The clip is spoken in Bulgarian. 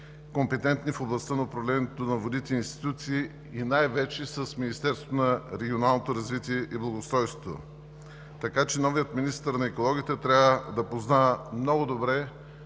компетентни в областта на управлението на водите институции и най-вече с Министерството на регионалното развитие и благоустройството. Така че новият министър на екологията трябва да познава много добре